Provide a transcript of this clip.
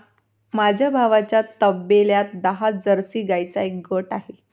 माझ्या भावाच्या तबेल्यात दहा जर्सी गाईंचा एक गट आहे